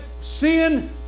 sin